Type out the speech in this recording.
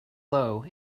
low